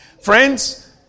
Friends